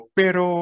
pero